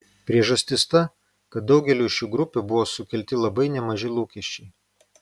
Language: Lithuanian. priežastis ta kad daugeliui šių grupių buvo sukelti labai nemaži lūkesčiai